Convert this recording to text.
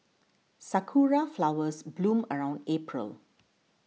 sakura flowers bloom around April